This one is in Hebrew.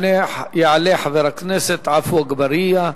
יעלה חבר הכנסת עפו אגבאריה,